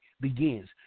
begins